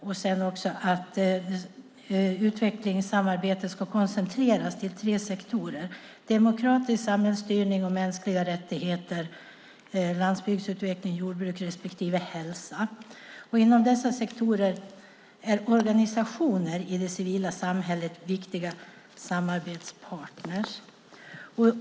Det svenska utvecklingssamarbetet ska koncentreras till tre sektorer: demokratisk samhällsstyrning och mänskliga rättigheter, landsbygdsutveckling/jordbruk respektive hälsa. Inom dessa sektorer är organisationer i det civila samhället viktiga samarbetspartner."